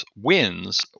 wins